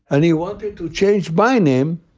and he wanted to change my name.